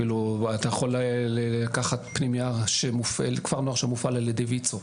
אתה יכול לקחת כפר נוער שמופעל על ידי ויצ"ו.